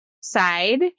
side